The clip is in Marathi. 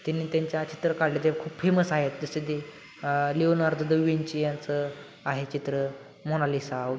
त्यांनी त्यांच्या चित्र काढले जे खूप फेमस आहेत जसे ते लिओनार्दो द विंची यांचं आहे चित्र मोनालिसा वगैरे